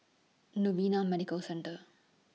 Novena Medical Centre